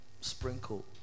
sprinkle